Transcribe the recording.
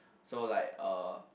so like uh